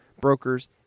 brokers